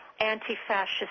anti-fascist